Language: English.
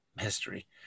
history